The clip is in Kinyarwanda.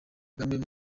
kagame